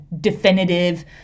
definitive